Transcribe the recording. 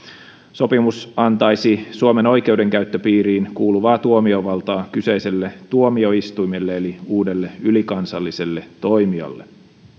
sopimus antaisi suomen oikeudenkäyttöpiiriin kuuluvaa tuomiovaltaa kyseiselle tuomioistuimelle eli uudelle ylikansalliselle toimijalle